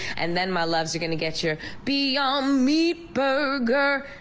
and then my loves you're gonna get your beyond meat burger,